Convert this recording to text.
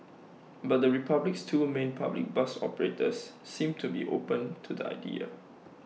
but the republic's two A main public bus operators seem to be open to the idea